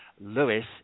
Lewis